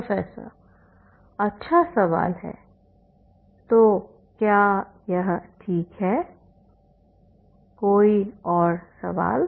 professor अच्छा सवाल है तो क्या यह ठीक हैकोई और सवाल